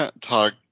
talk